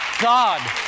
God